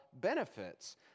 benefits